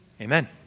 amen